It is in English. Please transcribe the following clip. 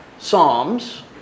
psalms